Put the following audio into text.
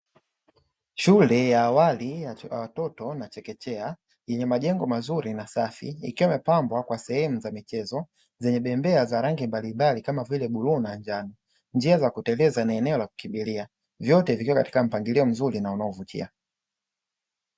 Shule ya awali ya watoto na chekechea, yenye majengo mazuri na safi; ikiwa imepambwa kwa sehemu za michezo zenye bembea za rangi mbalimbali, kama vile bluu na njano, njia za kuteleza na eneo la kukimbilia. Vyote vikiwa katika mpangilio mzuri na unaovutia.